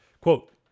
Quote